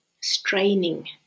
straining